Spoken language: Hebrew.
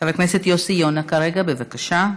חבר הכנסת יוסי יונה, בבקשה.